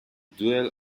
dwell